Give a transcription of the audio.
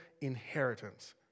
inheritance